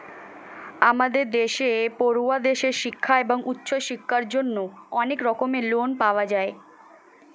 আমাদের দেশে পড়ুয়াদের শিক্ষা এবং উচ্চশিক্ষার জন্য অনেক রকমের লোন পাওয়া যায়